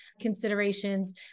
considerations